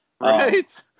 Right